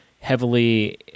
heavily